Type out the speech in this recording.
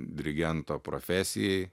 dirigento profesijai